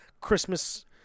Christmas